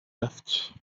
رفت